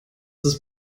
ist